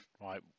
right